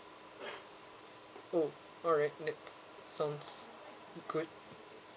oh alright that sounds good